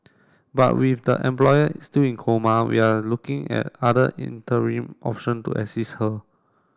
but with the employer still in coma we are looking at other interim option to assist her